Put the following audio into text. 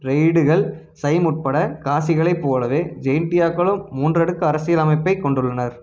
ரெய்டுகள் சைம் உட்பட காசிகளைப் போலவே ஜெயின்டியாக்களும் மூன்றடுக்கு அரசியல் அமைப்பைக் கொண்டுள்ளனர்